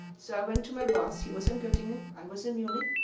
so i went to my boss he was in gottingen, i was in munich.